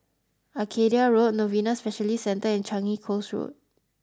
Arcadia Road Novena Specialist Centre and Changi Coast Road